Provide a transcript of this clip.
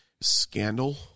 scandal